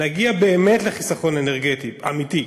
נגיע באמת לחיסכון אנרגטי אמיתי.